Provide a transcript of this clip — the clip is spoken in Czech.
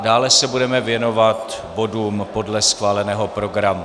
Dále se budeme věnovat bodům podle schváleného programu.